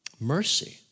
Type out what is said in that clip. mercy